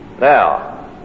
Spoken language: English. Now